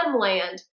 land